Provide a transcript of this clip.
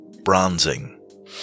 bronzing